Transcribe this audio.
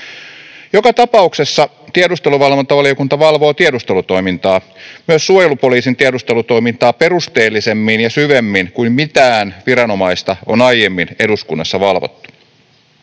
Joka tapauksessa tiedusteluvalvontavaliokunta valvoo tiedustelutoimintaa, myös suojelupoliisin tiedustelutoimintaa perusteellisemmin ja syvemmin kuin mitään viranomaista on aiemmin eduskunnassa valvottu.